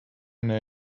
name